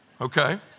okay